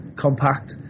compact